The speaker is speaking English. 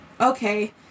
okay